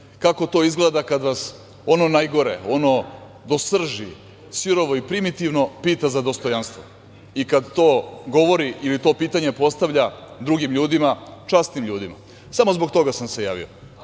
kako to izgleda kada vas ono najgore, ono do srži sirovo i primitivno, pita za dostojanstvo i kada to govori ili to pitanje postavlja drugim ljudima, časnim ljudima. Samo zbog toga sam se javio.